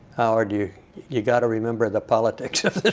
howard, you you gotta remember the politics of